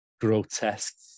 grotesque